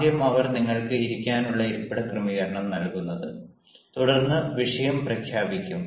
ആദ്യം അവർ നിങ്ങൾക്ക് ഇരിക്കാനുള്ള ഇരിപ്പിട ക്രമീകരണമാണ് നൽകുന്നത് തുടർന്ന് വിഷയം പ്രഖ്യാപിക്കും